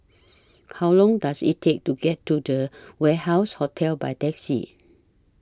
How Long Does IT Take to get to The Warehouse Hotel By Taxi